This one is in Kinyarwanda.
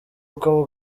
uko